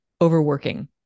overworking